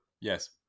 Yes